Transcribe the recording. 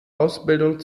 ausbildung